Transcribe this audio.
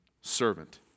servant